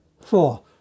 four